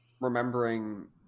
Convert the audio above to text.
remembering